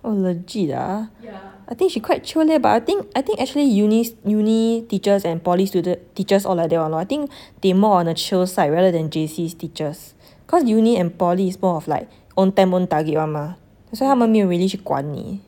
oh legit ah I think she quite chill leh but I think I think actually uni uni teachers and poly student teachers are like that [one] I think they more on the chill side rather than J_C teachers cause uni and poly is more of like own time own target [one] mah that's why 他们没有 really 去管你